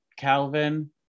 calvin